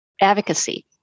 advocacy